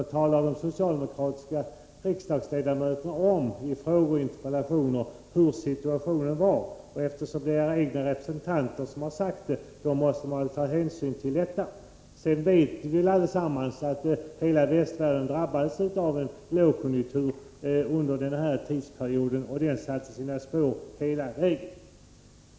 Då talade de socialdemokratiska riksdagsledamöterna om i frågor och interpellationer hur situationen var. Eftersom det är era egna representanter som har sagt det, måste man väl ta hänsyn till detta. Dessutom vet vi allesammans att hela västvärlden drabbades av en lågkonjunktur under den borgerliga regeringsperioden, och det satte sina spår hela vägen.